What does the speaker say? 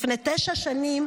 לפני תשע שנים